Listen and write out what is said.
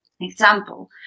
example